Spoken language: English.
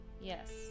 yes